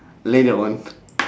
later on